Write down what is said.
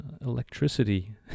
electricity